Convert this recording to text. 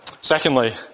Secondly